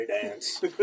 dance